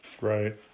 Right